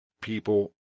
people